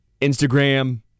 Instagram